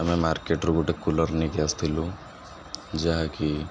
ଆମେ ମାର୍କେଟରୁ ଗୋଟେ କୁଲର ନେଇକି ଆସିଥିଲୁ ଯାହାକି